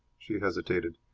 she hesitated.